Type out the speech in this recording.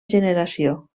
generació